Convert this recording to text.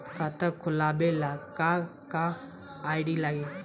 खाता खोलाबे ला का का आइडी लागी?